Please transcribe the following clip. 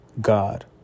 God